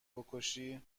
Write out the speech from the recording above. بکشی